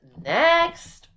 next